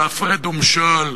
של הפרד ומשול,